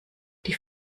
die